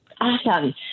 Awesome